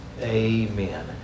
Amen